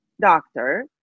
doctor